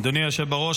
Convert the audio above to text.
אדוני היושב-ראש,